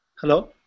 Hello